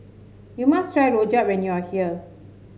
you must try rojak when you are here